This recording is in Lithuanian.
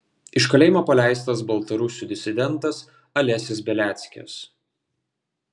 iš kalėjimo paleistas baltarusių disidentas alesis beliackis